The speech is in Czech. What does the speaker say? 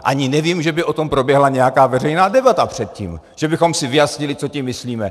Ani nevím, že by o tom proběhla nějaká veřejná debata předtím, že bychom si vyjasnili, co tím myslíme.